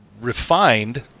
refined